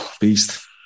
beast